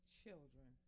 children